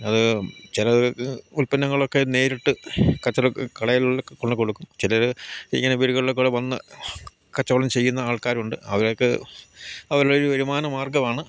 അത് ചില ഉൽപ്പന്നങ്ങളൊക്കെ നേരിട്ട് കച്ചവട കടയിൽ കൊണ്ട് കൊടുക്കും ചിലർ ഇങ്ങനെ വീടുകളിലൊക്കടെ വന്ന് കച്ചവടം ചെയ്യുന്ന ആൾക്കാരുണ്ട് അവർക്ക് അവരെ ഒരു വരുമാന മാർഗ്ഗമാണ്